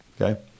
Okay